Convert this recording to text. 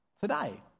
today